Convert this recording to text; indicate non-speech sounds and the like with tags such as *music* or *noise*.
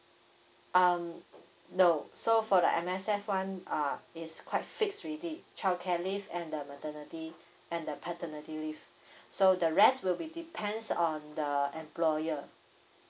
um no so for the M_S_F one uh it's quite fixed already childcare leave and the maternity and the paternity leave *breath* so the rest will be depends on the employer